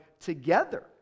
together